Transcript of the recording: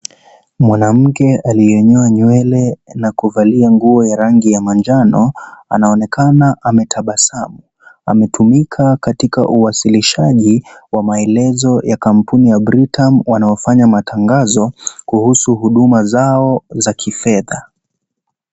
Mwanamke aliyenyoa nywele na kuvalia nguo ya rangi ya manjano anaonekana ametabasamu. Ametumika katika uwasilishaji wa maelezo ya kampuni ya Britam wanaofanya matangazo kuhusu huduma zao za kifedha.